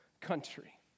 country